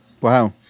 Wow